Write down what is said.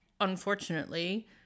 unfortunately